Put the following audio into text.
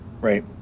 Right